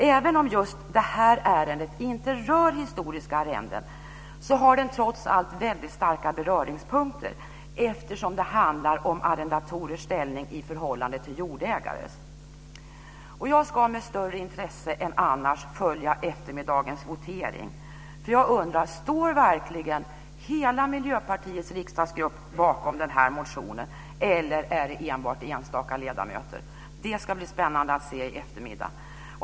Även om just det här ärendet inte rör historiska arrenden, har det väldigt starka beröringspunkter, eftersom det handlar om arrendatorers ställning i förhållande till jordägares. Jag ska med större intresse än annars följa eftermiddagens votering. Jag undrar: Står verkligen hela Miljöpartiets riksdagsgrupp bakom den här motionen eller är det enbart enstaka ledamöter? Det ska bli spännande att se i eftermiddag.